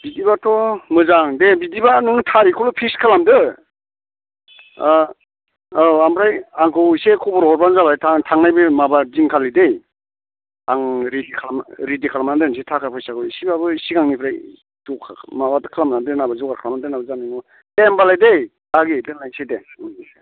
बिदिबाथ' मोजां दे बिदिबा नों थारिकखौल' फिख्स खालामदो अ औ ओमफ्राय आंखौ एसे खबर हरबानो जाबाय थांनायनि माबा दिनखालि दै आं रेदि खालामनानै दोननोसै थाखा फैसाखौ इसेबाबो सिगांनिफ्राय माबा खालामनानै दोनाबा जगार खालामनानै दोनाबा जानाय नङा दे होनबालाय दै बाहागि दोनलायनोसै दे